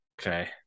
Okay